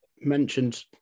mentioned